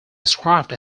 described